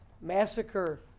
massacre